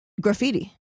graffiti